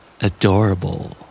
Adorable